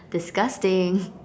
disgusting